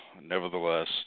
nevertheless